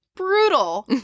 Brutal